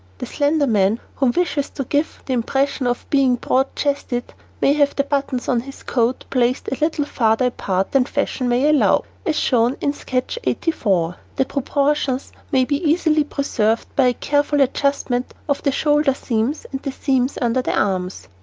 the slender man who wishes to give the impression of being broad-chested may have the buttons on his coat placed a little farther apart than fashion may allow, as shown in sketch eighty four. the proportions may be easily preserved by a careful adjustment of the shoulder-seams and the seams under the arms.